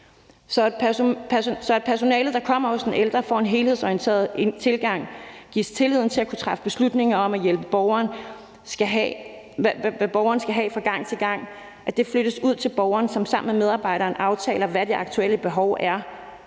at personalet, der kommer hos den ældre, får en helhedsorienteret tilgang og gives tilliden til at kunne træffe beslutning om, hvad for en hjælp borgeren skal have fra gang til gang, og at det flyttes ud til borgeren, som sammen med medarbejderen aftaler, hvad det aktuelle behov er,